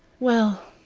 well,